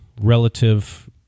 relative